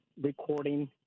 recording